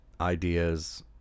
ideas